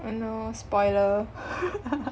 oh no spoiler